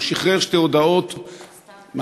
הוא שחרר שתי הודעות מעניינות,